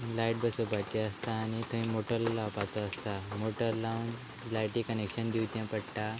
light बसोवपाचें आसता आनी थंय मोटर लावपाचो आसता मोटर लावन लायटी कनॅक्शन दिवचें पडटा